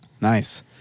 nice